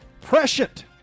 Prescient